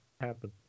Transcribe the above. happen